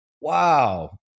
wow